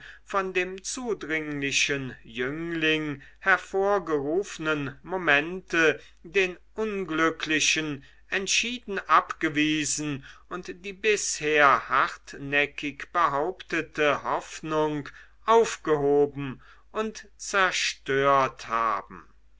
von dem zudringlichen jüngling hervorgerufnen momente den unglücklichen entschieden abgewiesen und die bisher hartnäckig behauptete hoffnung aufgehoben und zerstört haben